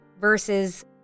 versus